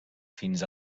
fins